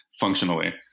functionally